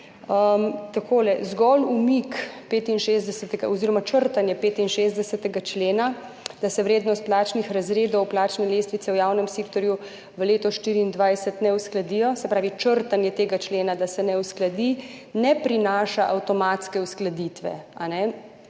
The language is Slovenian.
zgolj umik oziroma črtanje 65. člena, da se vrednost plačnih razredov, plačne lestvice v javnem sektorju v letu 2024 ne uskladijo, se pravi črtanje tega člena, da se ne uskladi, ne prinaša avtomatske uskladitve.